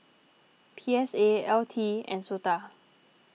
P S A L T and Sota